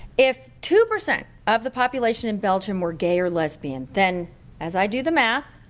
if two percent of the population in belgium were gay or lesbian, then as i do the math,